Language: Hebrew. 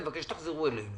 אני מבקש שתחזרו אלינו.